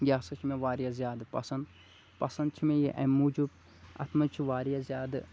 یہِ ہسا چھِ مےٚ واریاہ زیادٕ پسنٛد پسنٛد چھِ مےٚ یہِ اَمہِ موجوٗب اَتھ منٛز چھِ واریاہ زیادٕ